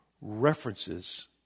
references